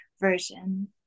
version